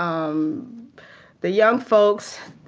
um the young folks,